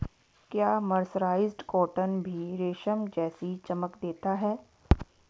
क्या mercerised cotton भी रेशम जैसी चमक देता है?